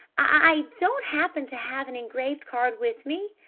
i don't happen to have an engraved card with me.